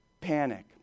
panic